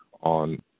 on